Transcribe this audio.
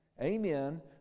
amen